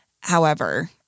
however-